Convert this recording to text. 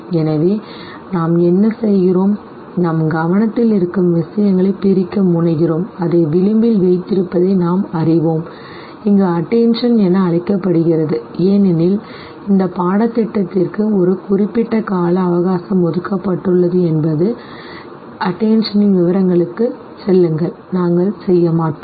எனவே நாம் என்ன செய்கிறோம் நம் கவனத்தில் இருக்கும் விஷயங்களை நாம் பிரிக்க முனைகிறோம் அதை விளிம்பில் வைத்திருப்பதை நாம் அறிவோம் இது attention என் அழைக்கப்படுகிறது ஏனெனில் இந்த பாடத்திட்டத்திற்கு ஒரு குறிப்பிட்ட கால அவகாசம் ஒதுக்கப்பட்டுள்ளது எனவே attention ன் விவரங்களுக்குச் செல்லுங்கள் நாங்கள் செய்ய மாட்டோம்